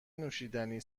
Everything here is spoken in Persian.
نوشیدنی